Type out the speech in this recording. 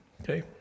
Okay